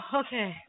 okay